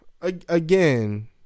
again